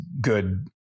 good